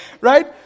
Right